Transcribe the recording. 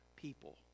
people